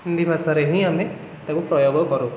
ହିନ୍ଦୀ ଭାଷାରେ ହିଁ ଆମେ ତାକୁ ପ୍ରୟୋଗ କରୁ